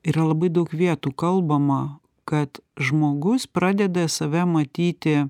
yra labai daug vietų kalbama kad žmogus pradeda save matyti